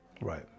Right